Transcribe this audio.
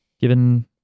Given